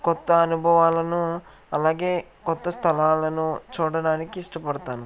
కొత్త అనుభవాలను అలాగే కొత్త స్థలాలను చూడడానికి ఇష్టపడతాను